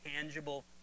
tangible